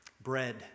Bread